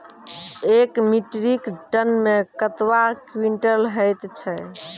एक metric ton मे कतवा क्वींटल हैत छै?